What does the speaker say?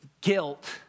guilt